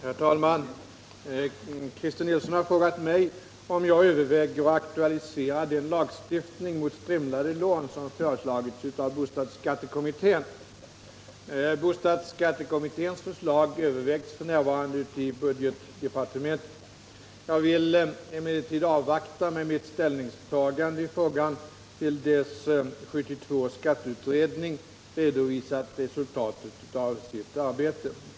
Herr talman! Christer Nilsson har frågat mig om jag överväger att aktualisera den lagstiftning mot strimlade lån som föreslagits av bostadsskattekommittén. Bostadsskattekommitténs förslag övervägs f.n. inom budgetdepartementet. Jag vill emellertid avvakta med mitt ställningstagande i frågan till dess 1972 års skatteutredning redovisat resultatet av sitt arbete.